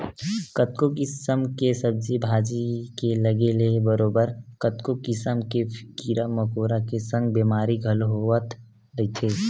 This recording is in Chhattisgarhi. कतको किसम के सब्जी भाजी के लगे ले बरोबर कतको किसम के कीरा मकोरा के संग बेमारी घलो होवत रहिथे